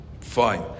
Fine